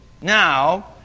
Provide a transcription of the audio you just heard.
Now